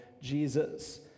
Jesus